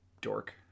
dork